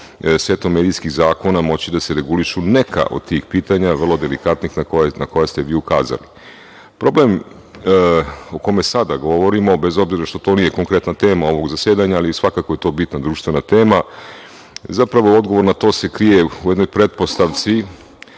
setom medijskih zakona moći da se regulišu neka od tih pitanja, vrlo delikatnih, na koja ste vi ukazali. Problem o kome sada govorimo, bez obzira što to nije konkretna tema ovog zasedanja, ali svakako je to bitna društvena tema, zapravo odgovor na to se krije u jednoj pretpostavci,